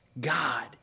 God